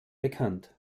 bekannt